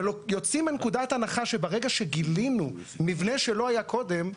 ויוצאים מנקודת הנחה שברגע שגילינו מבנה שלא היה קודם,